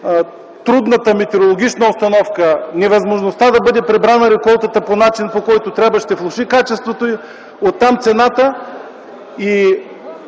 трудната метеорологична обстановка, невъзможността да бъде прибрана реколтата по начин, по който трябва, ще влоши качеството й и оттам – цената.